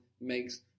makes